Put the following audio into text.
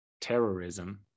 terrorism